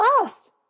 last